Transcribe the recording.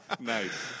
Nice